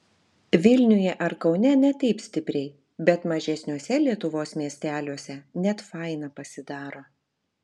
vilniuje ar kaune ne taip stipriai bet mažesniuose lietuvos miesteliuose net faina pasidaro